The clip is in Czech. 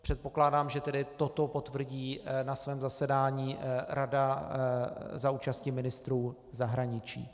Předpokládám tedy, že toto potvrdí na svém zasedání Rada za účasti ministrů zahraničí.